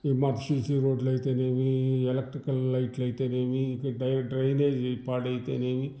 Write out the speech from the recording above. ఈ మా సిసి రోడ్లు అయితేనేమి ఈ ఎలక్ట్రికల్ లైట్లు అయితేనేమి డ్రైనేజీ పాడైతేనేమి